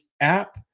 app